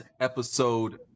episode